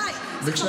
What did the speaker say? די, נו,